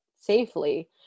safely